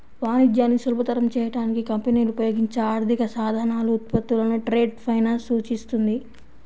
వాణిజ్యాన్ని సులభతరం చేయడానికి కంపెనీలు ఉపయోగించే ఆర్థిక సాధనాలు, ఉత్పత్తులను ట్రేడ్ ఫైనాన్స్ సూచిస్తుంది